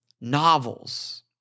novels